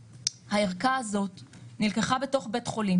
שהערכה הזאת נלקחה בתוך בית חולים